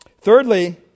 Thirdly